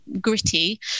gritty